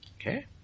Okay